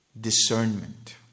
Discernment